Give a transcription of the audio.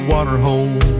Waterhole